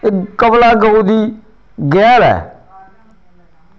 ते कमला गौ दी गैह्ल ऐ